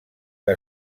que